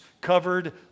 covered